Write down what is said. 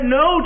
no